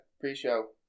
pre-show